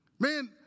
Man